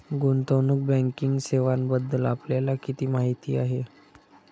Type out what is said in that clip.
गुंतवणूक बँकिंग सेवांबद्दल आपल्याला किती माहिती आहे?